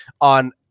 on